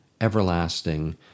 everlasting